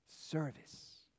Service